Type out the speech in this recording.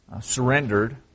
surrendered